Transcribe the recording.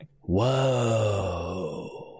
Whoa